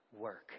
work